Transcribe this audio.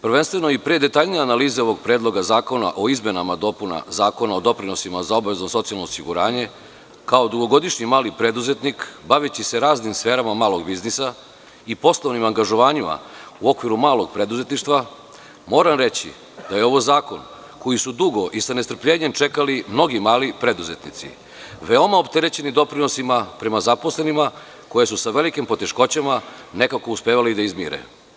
Prvenstveno i pre detaljnije analiza ovog predloga zakona o izmenama i dopunama Zakona o doprinosima za obavezno socijalno osiguranje, kao dugogodišnji mali preduzetnik, baviti se raznim sferama malog biznisa i poslovnim angažovanjima u okviru malog preduzetništva, moram reći da je ovo zakon kojim su dugo i sa nestrpljenjem čekali mnogi mali preduzetnici, veoma opterećeni doprinosima prema zaposlenima koja su sa velikim poteškoćama nekako uspevali da izmire.